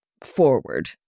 forward